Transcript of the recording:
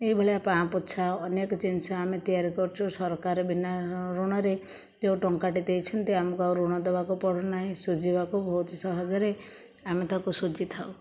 ଏହିଭଳିଆ ପାପଛା ଅନେକ ଜିନିଷ ଆମେ ତିଆରି କରୁଛୁ ସରକାର ବିନା ଋଣରେ ଯେଉଁ ଟଙ୍କାଟେ ଦେଇଛନ୍ତି ଆମକୁ ଆଉ ଋଣ ଦେବାକୁ ପଡ଼ୁନାହିଁ ଶୁଝିବାକୁ ବହୁତ ସହଜରେ ଆମେ ତାକୁ ଶୁଝିଥାଉ